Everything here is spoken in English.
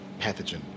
pathogen